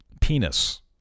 penis